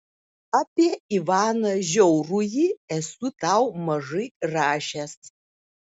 apie ivaną žiaurųjį esu tau mažai rašęs